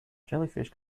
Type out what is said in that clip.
jellyfish